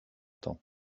temps